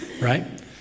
right